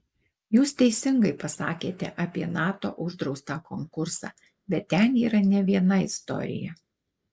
jūs teisingai pasakėte apie nato uždraustą konkursą bet ten yra ne viena istorija